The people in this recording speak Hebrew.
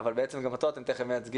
אבל בעצם גם אותו אתם תיכף מייצגים,